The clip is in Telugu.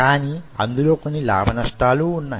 కానీ అందులో కొన్ని లాభ నష్టాలున్నాయి